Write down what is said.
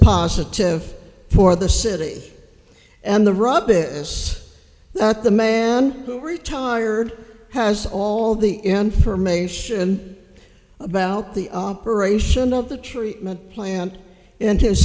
positive for the city and the rub is that the man who retired has all the information about the operation of the treatment plant in his